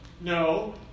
no